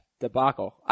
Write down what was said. debacle